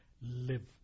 live